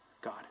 God